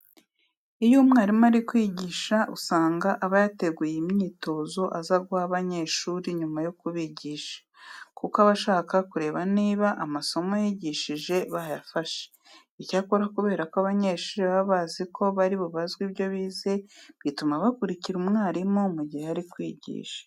Iyo umwarimu ari kwigisha usanga aba yateguye n'imyitozo aza guha abanyeshuri nyuma yo kubigisha, kuko aba ashaka kureba niba amasomo yigishije bayafashe. Icyakora kubera ko abanyeshuri baba bazi ko bari bubazwe ibyo bize, bituma bakurikira umwarimu mu gihe ari kwigisha.